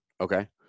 okay